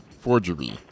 forgery